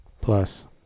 plus